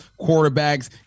quarterbacks